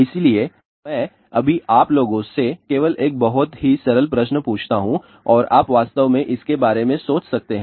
इसलिए मैं अभी आप लोगों से केवल एक बहुत ही सरल प्रश्न पूछता हूँ और आप वास्तव में इसके बारे में सोच सकते हैं